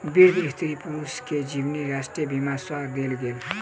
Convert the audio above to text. वृद्ध स्त्री पुरुष के जीवनी राष्ट्रीय बीमा सँ देल गेल